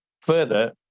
Further